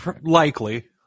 likely